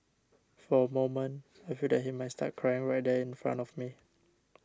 for a moment I feel that he might start crying right there in front of me